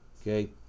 okay